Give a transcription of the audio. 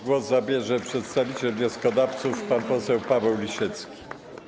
Głos zabierze przedstawiciel wnioskodawców pan poseł Paweł Lisiecki.